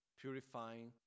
purifying